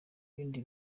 ibindi